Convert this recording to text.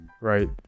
right